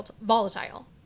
volatile